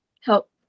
help